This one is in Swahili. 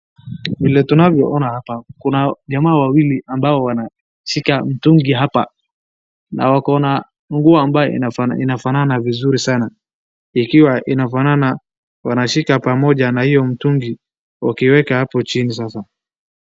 Vile tunavyoona hapa kuna jamaa wawili ambao wanashika mtungi hapa na wako na nguo ambayo inafanana vizuri sana, ikiwa inafanana wanashika pamoja na hiyo mtungi wakiweka hapo chini sasa.